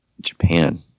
Japan